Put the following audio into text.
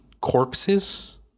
corpses